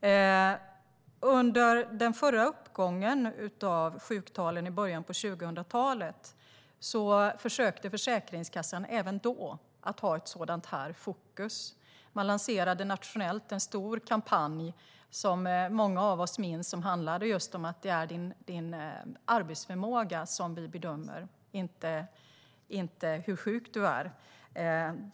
Även under den förra uppgången av sjuktalen, i början av 2000-talet, försökte Försäkringskassan ha ett sådant här fokus. Man lanserade nationellt en stor kampanj, som många av oss minns, om att det är just människors arbetsförmåga man bedömer och inte hur sjuka de är.